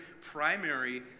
primary